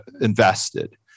invested